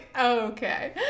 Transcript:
okay